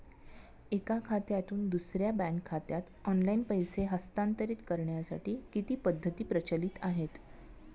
एका खात्यातून दुसऱ्या बँक खात्यात ऑनलाइन पैसे हस्तांतरित करण्यासाठी किती पद्धती प्रचलित आहेत?